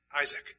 Isaac